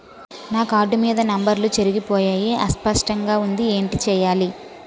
నా కార్డ్ మీద నంబర్లు చెరిగిపోయాయి అస్పష్టంగా వుంది ఏంటి చేయాలి?